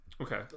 Okay